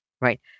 right